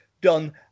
done